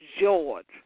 George